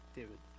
David